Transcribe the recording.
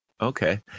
Okay